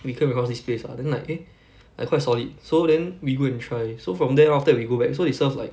we came across this place ah then like eh like quite solid so then we go and try so from then on after that we go back so they serve like